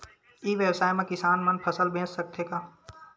ई व्यवसाय म किसान मन फसल बेच सकथे का?